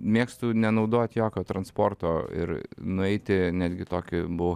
mėgstu nenaudot jokio transporto ir nueiti netgi tokį buvau